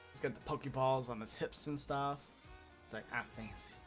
to put the balls on the steps and staff to athletes